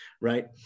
Right